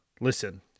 listen